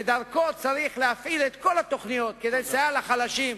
ודרכו צריך להפעיל את כל התוכניות כדי לסייע לחלשים,